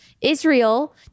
Israel